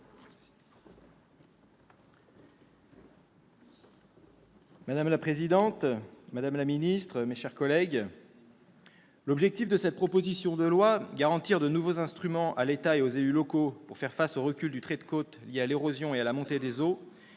Madame la présidente, madame la secrétaire d'État, mes chers collègues, l'objectif de cette proposition de loi- garantir de nouveaux instruments à l'État et aux élus locaux pour faire face au recul du trait de côte lié à l'érosion et à la montée des eaux